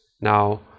Now